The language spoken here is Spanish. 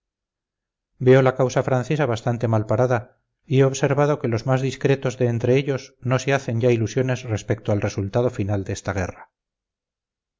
veo la causa francesa bastante malparada y he observado que los más discretos de entre ellos no se hacen ya ilusiones respecto al resultado final de esta guerra